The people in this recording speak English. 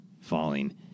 falling